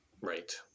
Right